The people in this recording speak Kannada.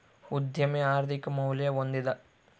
ಉದ್ಯಮಿ ಆರ್ಥಿಕ ಮೌಲ್ಯ ಹೊಂದಿದ